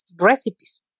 recipes